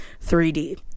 3D